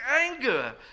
anger